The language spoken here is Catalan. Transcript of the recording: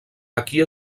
aquí